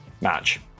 match